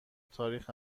تاریخ